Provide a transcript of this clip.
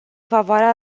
favoarea